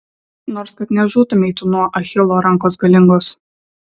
nors kad nežūtumei tu nuo achilo rankos galingos